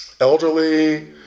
elderly